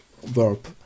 verb